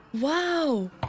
Wow